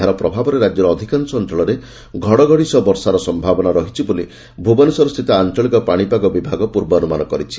ଏହାର ପ୍ରଭାବରେ ରାକ୍ୟର ଅଧିକାଂଶ ଅଞ୍ଚଳରେ ଘଡ଼ଘଡ଼ି ସହ ବର୍ଷା ହେବାର ସମ୍ମାବନା ରହିଛି ବୋଲି ଭୁବନେଶ୍ୱରସ୍ଛିତ ଆଞ୍ଚଳିକ ପାଶିପାଗ ବିଭାଗ ପ୍ରର୍ବାନୁମାନ କରିଛି